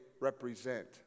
represent